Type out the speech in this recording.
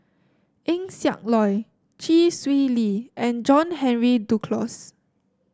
Eng Siak Loy Chee Swee Lee and John Henry Duclos